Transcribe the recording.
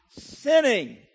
sinning